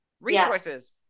resources